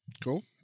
Cool